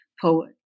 poet